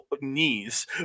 knees